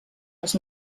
les